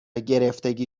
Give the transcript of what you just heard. گرفتگی